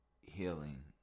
healing